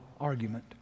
argument